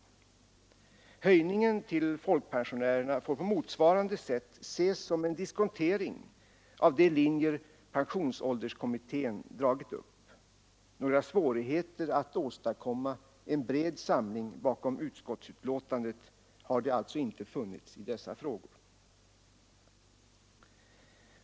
Höjningen till folkpensionärerna får på motsvarande sätt ses som en diskontering av de linjer pensionsålderskommittén dragit upp. Några svårigheter att åstadkomma en bred samling bakom utskottsbetänkandet har det alltså inte funnits i dessa frågor.